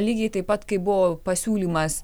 lygiai taip pat kaip buvo pasiūlymas